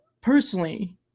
personally